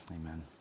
amen